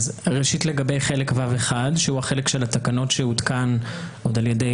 לגבי חלק ו'1 שהוא החלק של התקנות שעודכן על ידי